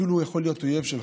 הוא אפילו יכול להיות אויב שלך,